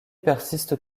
persiste